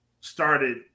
started